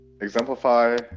exemplify